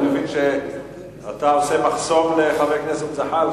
אני מבין שאתה עושה מחסום לחבר הכנסת זחאלקה.